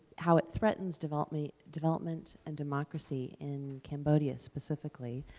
how it threatens development development and democracy in cambodia specifically.